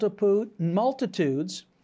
multitudes